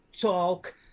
talk